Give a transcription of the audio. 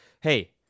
hey